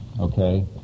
okay